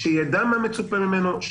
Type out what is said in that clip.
שיידע מה מצופה ממנו,